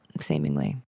seemingly